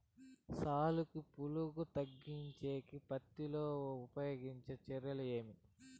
సాలుకి పులుగు తగ్గించేకి పత్తి లో ఉపయోగించే చర్యలు ఏమి?